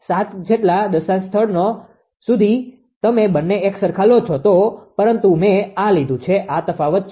7 જેટલા દશાંશ સ્થાનો સુધી તમે બંને એકસરખા લો તો પરંતુ મેં આ લીધું છે આ તફાવત છે